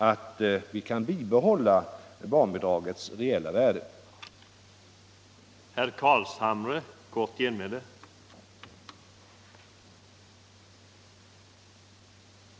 att barnbidragets reella värde kan bibehållas.